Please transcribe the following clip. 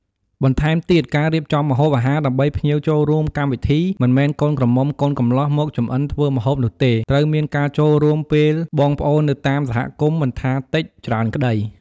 បន្ថែមទៀតការរៀបចំម្ហូបអាហារដើម្បីភ្ញៀវចូលរួមកម្មវិធី មិនមែនកូនក្រមុំកូនកម្លោះមកចម្អិនធ្វើម្ហូបនោះទេ ត្រូវមានការចូលរួមពេលបងប្អូននៅតាមសហគមន៍មិនថាតិចច្រើនក្តី។